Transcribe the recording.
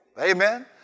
Amen